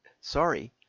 sorry